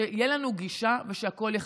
שתהיה לנו גישה ושהכול ייחשף.